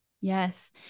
Yes